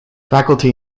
faculty